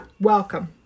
Welcome